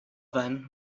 then